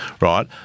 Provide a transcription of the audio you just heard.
right